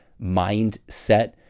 mindset